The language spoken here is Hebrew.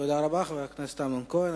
תודה רבה, חבר הכנסת אמנון כהן.